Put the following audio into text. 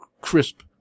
crisp